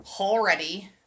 already